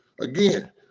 again